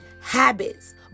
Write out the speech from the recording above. habits